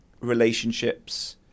relationships